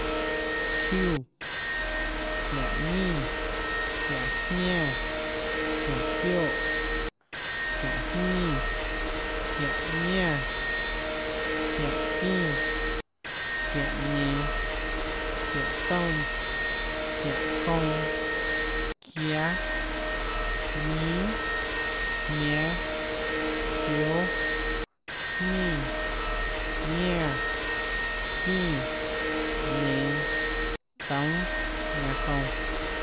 Çiúã, çiáhå nínã, çiáhå ñánã, çiáhå çioè, çiáhå jñínã, çiáhå ñánã, çiáhå çínã, çiáhå nen, çiáhå toúnâ, çiáhå kounã, çiáâ, ñínâ, jñánâ, kióâ. jñínã, ñánã, çínã. nenå. toúnâ, ñanã kounã